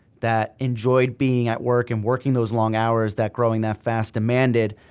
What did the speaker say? that enjoyed being at work and working those long hours that growing that fast demanded,